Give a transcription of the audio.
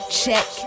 check